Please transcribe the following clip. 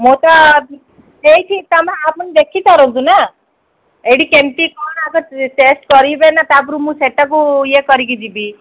ମୁଁ ପା ଦେଇଛି ତମେ ଆପଣ ଦେଖି ସାରନ୍ତୁ ନା ଏଇଠି କେମିତି କ'ଣ ଆଗ ଟେଷ୍ଟ୍ କରିବେ ନା ତା ପୂର୍ବରୁ ମୁଁ ସେଟାକୁ ଇଏ କରିକି ଯିବି